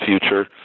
future